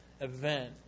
event